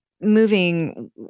moving